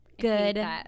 good